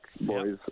boys